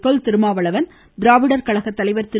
தொல் திருமாவளவன் திராவிடர் கழக தலைவர் திரு